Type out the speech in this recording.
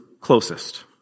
closest